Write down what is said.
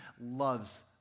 loves